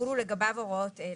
יחולו לגביו הוראות אלה: